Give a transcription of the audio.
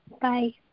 Bye